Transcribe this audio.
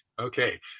Okay